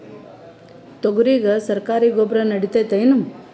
ತೊಗರಿಗ ಸರಕಾರಿ ಗೊಬ್ಬರ ನಡಿತೈದೇನು?